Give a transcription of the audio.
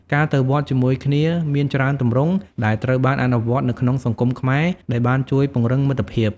ការទៅវត្តជាមួយគ្នាមានច្រើនទម្រង់ដែលត្រូវបានអនុវត្តនៅក្នុងសង្គមខ្មែរដែលបានជួយពង្រឹងមិត្តភាព។